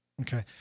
Okay